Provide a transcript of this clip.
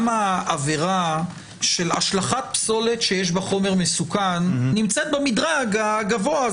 העבירה של השלכת פסולת שיש בה חומר מסוכן נמצאת במדרג הגבוה.